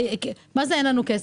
אין לנו כסף